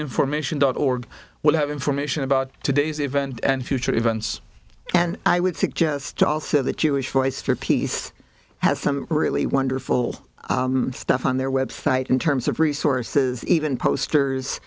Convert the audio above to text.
information dot org will have information about today's event and future events and i would suggest also the jewish voice for peace has some really wonderful stuff on their website in terms of resources even posters